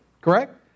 correct